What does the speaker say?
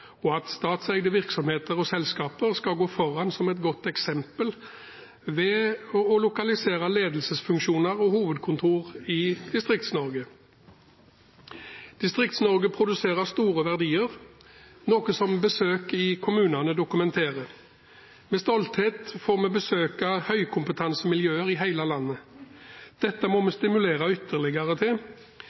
og at statseide virksomheter og selskaper skal gå foran som et godt eksempel ved å lokalisere ledelsesfunksjoner og hovedkontor i Distrikts-Norge. Distrikts-Norge produserer store verdier, noe besøk i kommunene dokumenterer. Med stolthet får vi besøke høykompetansemiljøer i hele landet. Dette må vi stimulere ytterligere til.